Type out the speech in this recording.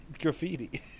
graffiti